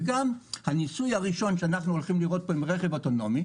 גם הניסוי הראשון שאנחנו הולכים לראות עם רכב אוטונומי